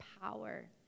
power